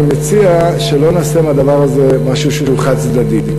אני מציע שלא נעשה מהדבר הזה משהו שהוא חד-צדדי,